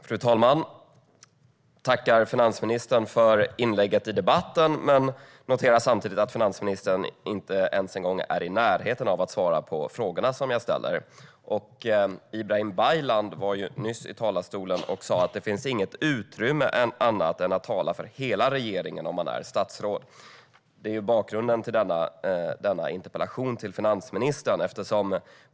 Fru talman! Jag tackar finansministern för inlägget i debatten men noterar samtidigt att hon inte ens är i närheten av att svara på de frågor som jag ställer. Ibrahim Baylan stod nyss i talarstolen och sa att det inte finns något utrymme att tala för annat än hela regeringen om man är statsråd. Det belyser bakgrunden till denna interpellation till finansministern.